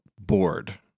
bored